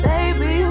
Baby